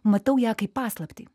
matau ją kaip paslaptį